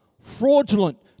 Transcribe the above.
fraudulent